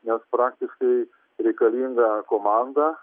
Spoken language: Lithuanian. nes praktiškai reikalinga komanda